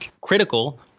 critical